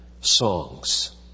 songs